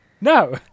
No